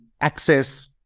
access